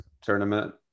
tournament